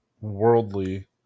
worldly